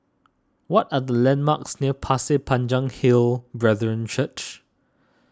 what are the landmarks near Pasir Panjang Hill Brethren Church